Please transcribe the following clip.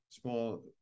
small